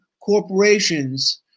corporations